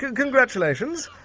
yeah congratulations.